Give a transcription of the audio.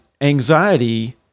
Anxiety